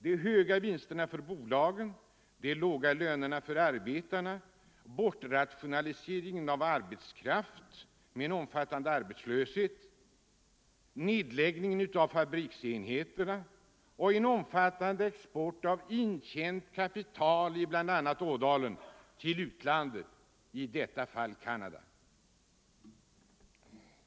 — De höga vinsterna för bolagen, de låga lönerna för arbetarna, bortrationaliseringen av arbetskraft med en omfattande arbetslöshet som följd, nedläggningen av fabriksenheter och en omfattande export av intjänat kapital i bl.a. Ådalen till utlandet, i detta fall Canada.